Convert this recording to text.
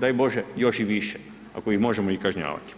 daj Bože još i više, ako ih možemo i kažnjavati.